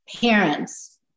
parents